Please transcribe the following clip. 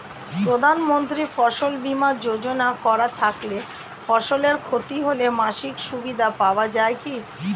প্রধানমন্ত্রী ফসল বীমা যোজনা করা থাকলে ফসলের ক্ষতি হলে মাসিক সুবিধা পাওয়া য়ায় কি?